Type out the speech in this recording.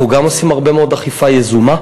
אנחנו גם עושים הרבה מאוד אכיפה יזומה.